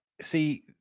see